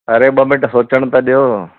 अड़े ॿ मिनट सोचणु त ॾियो